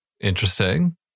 Interesting